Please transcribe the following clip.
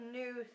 new